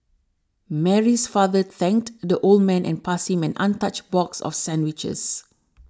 Mary's father thanked the old man and passed him an untouched box of sandwiches